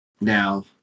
now